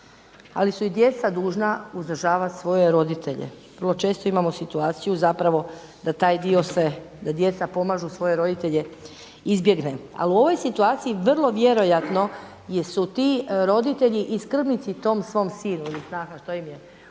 ali su i djeca dužna uzdržavati svoje roditelje. Vrlo često imamo situaciju zapravo da taj dio se, da djeca pomažu svoje roditelje izbjegne. Ali u ovoj situaciji vrlo vjerojatno su ti roditelji i skrbnici tom svom sinu ili snahi što im je